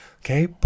okay